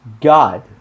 god